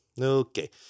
okay